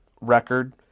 record